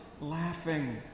laughing